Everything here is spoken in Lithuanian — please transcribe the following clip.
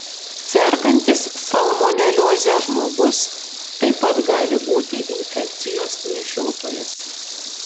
sergantis salmonelioze žmogus taip pat gali būti infekcijos nešiotojas